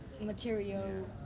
material